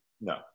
No